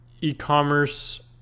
e-commerce